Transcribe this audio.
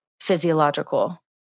physiological